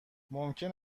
ممکن